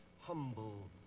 humble